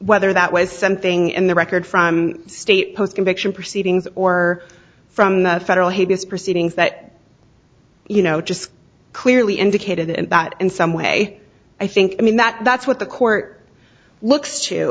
whether that was something in the record from state post conviction proceedings or from the federal habeas proceedings that you know just clearly indicated and that in some way i think i mean that that's what the court looks